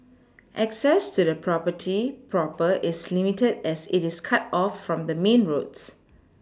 access to the property proper is limited as it is cut off from the main roads